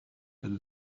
but